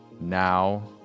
now